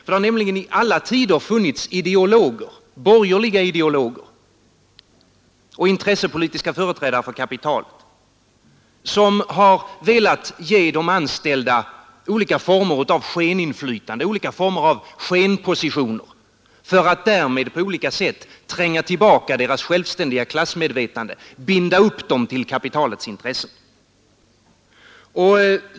Det har nämligen i alla tider funnits borgerliga ideologer och intressepolitiska företrädare för kapitalet som har velat ge de anställda skilda former av skeninflytande och skenpositioner för att därmed på olika sätt tränga tillbaka deras självständiga klassmedvetande och binda upp dem vid kapitalets intressen.